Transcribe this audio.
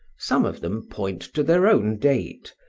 some of them point to their own date,